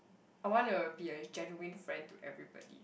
I want to be a genuine friend to everybody